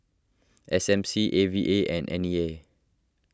S M C A V A and N E A